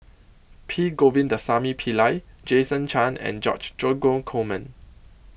P Govindasamy Pillai Jason Chan and George Dromgold Coleman